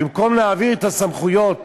ובמקום להעביר את הסמכויות